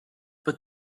but